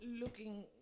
looking